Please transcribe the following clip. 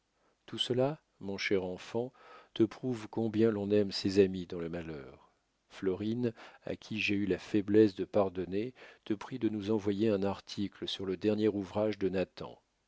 tout cela mon cher enfant te prouve combien l'on aime ses amis dans le malheur florine à qui j'ai eu la faiblesse de pardonner te prie de nous envoyer un article sur le dernier ouvrage de